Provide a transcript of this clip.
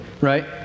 Right